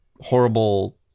horrible